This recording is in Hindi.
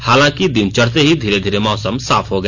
हलांकि दिन चढ़ते ही धीरे धीरे मौसम साफ हो गया